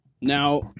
Now